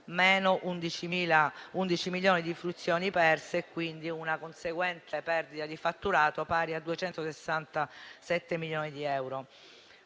con 11 milioni di fruizioni perse e con una conseguente perdita di fatturato pari a 267 milioni di euro.